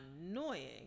annoying